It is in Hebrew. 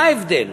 מה ההבדל?